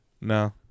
No